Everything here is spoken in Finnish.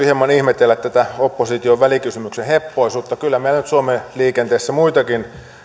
hieman ihmetellä tätä opposition välikysymyksen heppoisuutta kyllä meillä nyt suomen liikenteessä muitakin